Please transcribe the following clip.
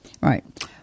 Right